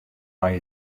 nei